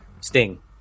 Sting